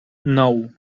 nou